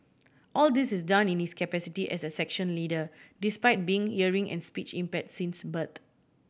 all this is done in his capacity as a section leader despite being hearing and speech impair since birth